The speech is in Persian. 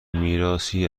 میراثی